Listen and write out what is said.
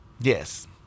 Yes